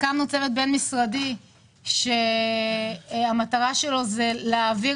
הקמנו צוות בין-משרדי שהמטרה שלו היא להעביר